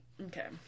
Okay